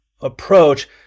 approach